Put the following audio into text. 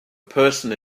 person